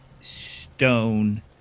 Stone